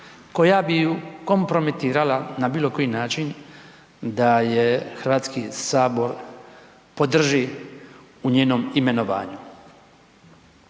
koja bi ju kompromitirala na bilo koji način da je Hrvatski sabor podrži u njenom imenovanju.